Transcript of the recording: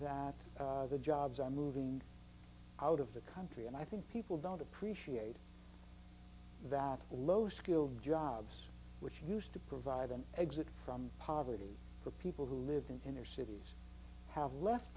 that the jobs are moving out of the country and i think people don't appreciate that the low skilled jobs which used to provide an exit from poverty for people who lived in inner cities have left